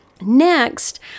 next